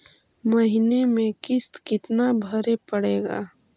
महीने में किस्त कितना भरें पड़ेगा?